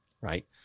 Right